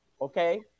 Okay